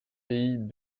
pays